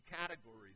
categories